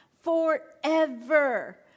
forever